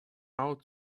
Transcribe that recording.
out